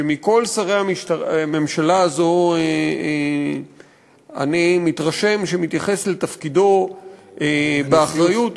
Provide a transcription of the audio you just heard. שמכל שרי הממשלה הזו אני מתרשם שמתייחס לתפקידו באחריות,